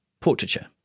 portraiture